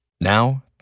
Now